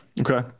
Okay